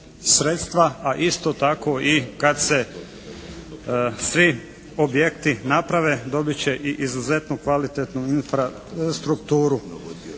a isto tako i kad se svi objekti naprave, dobit će i izuzetno kvalitetnu infrastrukturu.